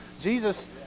Jesus